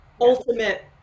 ultimate